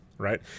right